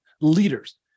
leaders